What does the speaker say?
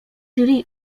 jury